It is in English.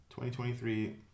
2023